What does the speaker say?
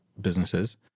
businesses